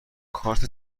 کارت